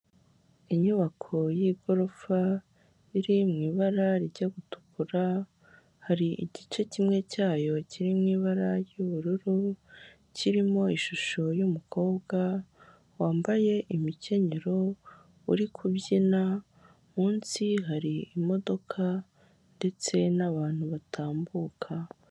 Inyubako y'igorofa riri mu ibara ryijya gutukura, hari igice kimwe cyayo kiri mu ibara ry'ubururu, kirimo ishusho y'umukobwa wambaye imikenyero, uri kubyina munsi hari imodoka ndetse n'abantu batambuka.